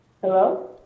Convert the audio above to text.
Hello